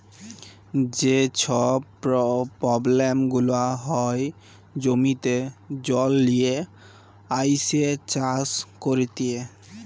যে ছব পব্লেম গুলা হ্যয় জমিতে জল লিয়ে আইসে চাষ ক্যইরতে